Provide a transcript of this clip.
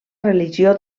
religió